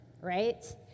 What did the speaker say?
right